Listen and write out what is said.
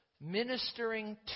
ministering